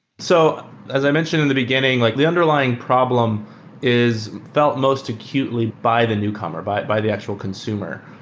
so as i mentioned in the beginning, like the underlying problem is felt most acutely by the newcomer, by by the actual consumer,